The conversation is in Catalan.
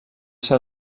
ser